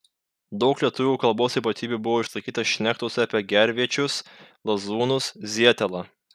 daug lietuvių kalbos ypatybių buvo išlaikyta šnektose apie gervėčius lazūnus zietelą